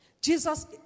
Jesus